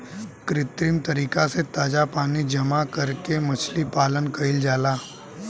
कृत्रिम तरीका से ताजा पानी जामा करके मछली पालन कईल जाला